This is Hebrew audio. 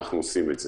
אנחנו עושים את זה.